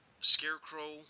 Scarecrow